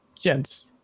gents